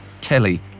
Kelly